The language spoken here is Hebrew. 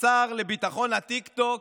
השר לביטחון הטיקטוק,